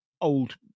old